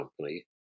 company